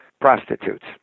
prostitutes